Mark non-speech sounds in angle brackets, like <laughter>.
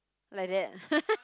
like that <laughs>